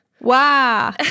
Wow